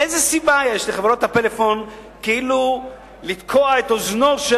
איזה סיבה יש לחברות הפלאפון כאילו לתקוע את אוזנו של